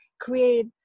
create